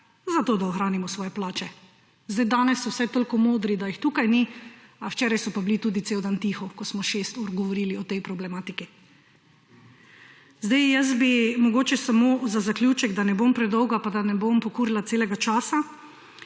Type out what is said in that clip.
Zato, da ohranimo svoje plače. Danes so vsaj toliko modri, da jih tukaj ni. Včeraj so pa bili tudi cel dan tiho, ko smo šest ur govorili o tej problematiki. Jaz bi mogoče samo za zaključek, da ne bom predolga, pa da ne bom pokurila celega časa,